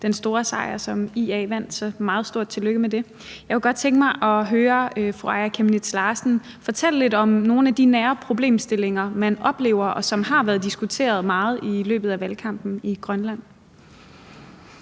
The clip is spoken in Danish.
den store sejr, som IA vandt. Så et meget stort tillykke med det. Jeg kunne godt tænke mig at høre fru Aaja Chemnitz Larsen fortælle lidt om nogle af de nære problemstillinger, man oplever, og som har været diskuteret meget i løbet af valgkampen i Grønland.